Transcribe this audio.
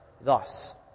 thus